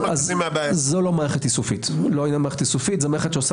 זו לא מערכת איסופית אלא מערכת שעושה